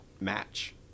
match